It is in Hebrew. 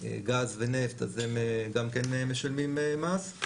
גז ונפט, אז הם גם כן משלמים מס.